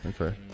Okay